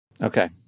Okay